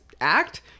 act